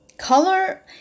color